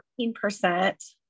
14%